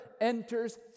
enters